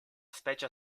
specie